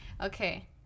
okay